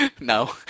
no